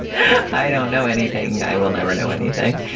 i don't know anything. i will never know anything.